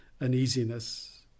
uneasiness